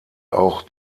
auch